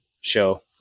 show